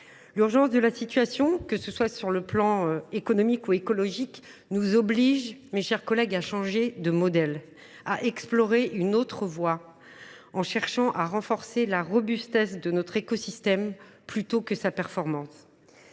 L’urgence de la situation, que ce soit du point de vue économique ou écologique, nous oblige à changer de modèle, à explorer une autre voie, en cherchant à renforcer la robustesse de notre écosystème plutôt que sa performance.